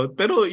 pero